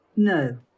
No